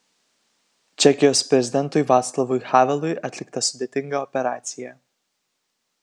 čekijos prezidentui vaclavui havelui atlikta sudėtinga operacija